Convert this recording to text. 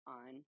on